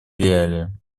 реалии